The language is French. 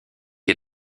est